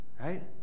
Right